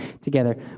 together